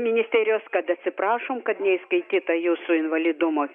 ministerijos kad atsiprašom kad neįskaityta jūsų invalidumo